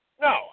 No